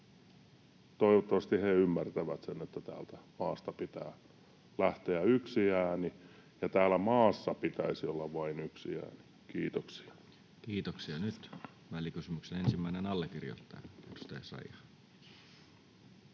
Toivottavasti he ymmärtävät sen, että täältä maasta pitää lähteä yksi ääni ja täällä maassa pitäisi olla vain yksi ääni. — Kiitoksia. [Speech 167] Speaker: Toinen varapuhemies